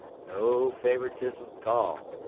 no favoritism tall.